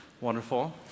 wonderful